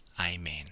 Amen